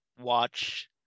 watch